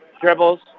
dribbles